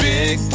Big